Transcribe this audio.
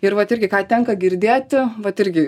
ir vat irgi ką tenka girdėti vat irgi